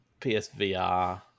PSVR